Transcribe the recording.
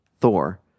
Thor